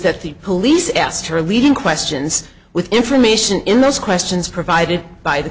that the police asked her leading questions with information in those questions provided by the